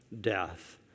death